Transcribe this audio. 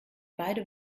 beide